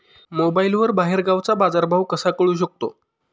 मोबाईलवर बाहेरगावचा बाजारभाव कसा कळू शकतो?